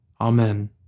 Amen